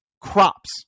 crops